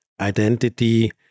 identity